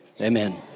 Amen